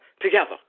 together